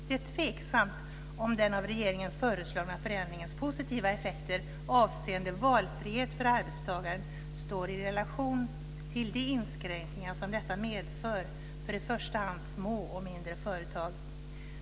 Det är tveksamt om den av regeringen föreslagna förändringens positiva effekter avseende valfrihet för arbetstagaren står i relation till de inskränkningar som detta medför för i första hand små och mindre företag.